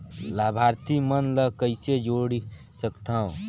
लाभार्थी मन ल कइसे जोड़ सकथव?